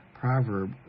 proverb